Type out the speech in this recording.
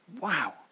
Wow